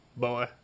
Boy